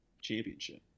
championship